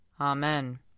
Amen